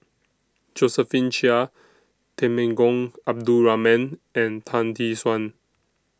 Josephine Chia Temenggong Abdul Rahman and Tan Tee Suan